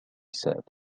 said